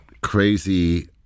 crazy